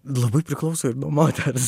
labai priklauso ir nuo moters